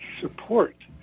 support